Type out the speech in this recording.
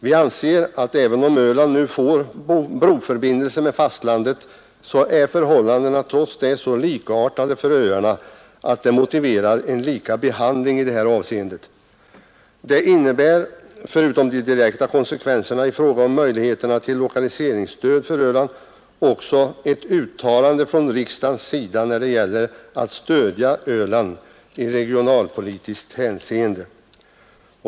Vi anser att även om Öland nu får broförbindelse med fastlandet är förhållandena så likartade för öarna att det motiverar en lika behandling i det här avseendet. Det innebär, förutom de direkta konsekvenserna i fråga om möjligheterna till lokaliseringsstöd för Öland, också ett uttalande från riksdagens sida när det gäller att stödja Öland i regionalpolitiskt hänseende.